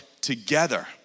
together